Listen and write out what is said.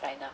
china